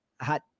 hot